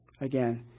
Again